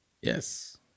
Yes